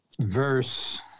verse